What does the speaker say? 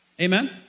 Amen